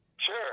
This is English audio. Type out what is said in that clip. Sure